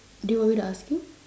do you want me to ask you